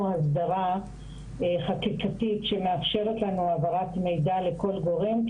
אסדרה חקיקתית שמאפשרת לנו העברת מידע לכל גורם.